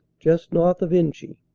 just north of inrhy.